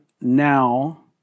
now